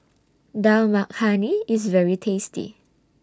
Dal Makhani IS very tasty